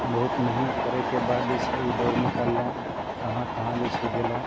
बहुत मेहनत करैके बाद जे छै ई दौड़ निकाललहुँ कहाँ कहाँ जे छै गेलहुँ